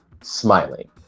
smiling